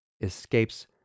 escapes